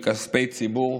מכספי ציבור,